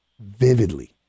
vividly